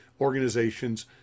organizations